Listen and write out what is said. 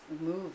move